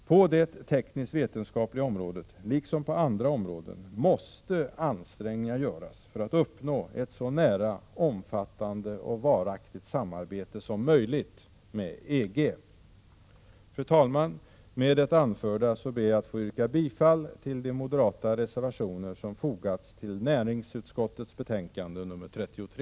På det tekniskt-vetenskapliga området liksom på andra områden måste ansträngningar göras för att uppnå ett så nära, omfattande och varaktigt samarbete som möjligt med EG! Fru talman! Med det anförda ber jag att få yrka bifall till de moderata reservationer som fogats till näringsutskottets betänkande nr 33.